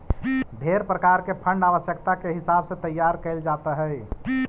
ढेर प्रकार के फंड आवश्यकता के हिसाब से तैयार कैल जात हई